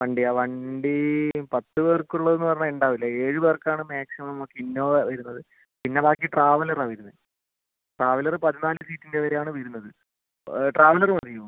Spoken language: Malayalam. വണ്ടി ആ വണ്ടി പത്ത് പേർക്കുള്ളതെന്ന് പറഞ്ഞാൽ ഉണ്ടാവില്ല ഏഴ് പേർക്കാണ് മാക്സിമം നമുക്ക് ഇന്നോവ വരുന്നത് പിന്ന ബാക്കി ട്രാവലർ ആണ് വരുന്നത് ട്രാവലർ പതിനാല് സീറ്റിൻ്റെ വരെയാണ് വരുന്നത് ട്രാവലർ മതിയോ